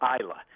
Isla